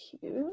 cute